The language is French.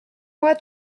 moi